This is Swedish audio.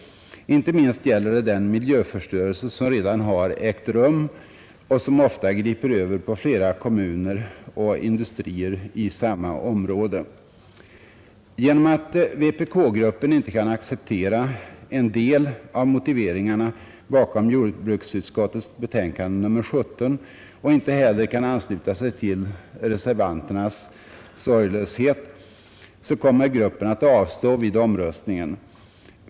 Inte minst gäller behovet av utredning den miljöförstörelse som redan har ägt rum och som ofta griper över flera kommuner och industrier inom samma område. På grund av att vpk-gruppen inte kan acceptera en del av motiveringarna som ligger bakom jordbruksutskottets betänkande nr 17 och inte heller kan ansluta sig till reservanternas sorglöshet kommer gruppen att avstå vid omröstningen.